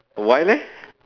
why leh